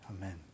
Amen